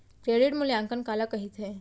Credit मूल्यांकन काला कहिथे?